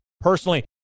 Personally